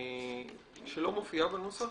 שלא מופיעה בנוסח?